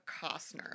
Costner